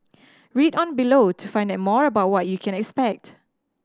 read on below to find out more about what you can expect